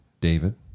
David